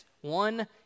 One